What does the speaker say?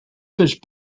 fish